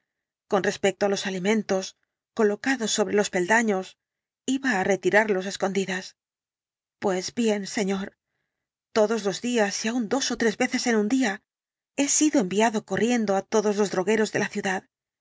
con respecto á los alimentos colocados sobre los peldaños iba á retirarlos á escondidas pues bien señor todos los días y aun dos ó tres veces en un día he sido enviado corriendo á todos los drogueros de la ciudad